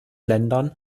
ländern